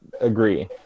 agree